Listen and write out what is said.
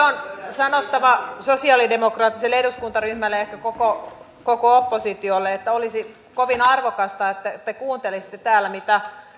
on sanottava sosialidemokraattiselle eduskuntaryhmälle ja ehkä koko koko oppositiolle että olisi kovin arvokasta että te kuuntelisitte täällä mitä